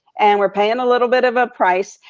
and we're paying a little bit of a price,